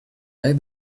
back